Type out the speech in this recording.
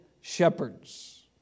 shepherds